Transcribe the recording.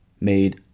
made